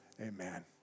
amen